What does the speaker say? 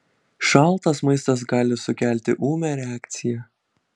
šaltas maistas gali sukelti ūmią reakciją